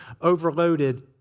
overloaded